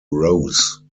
rose